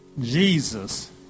Jesus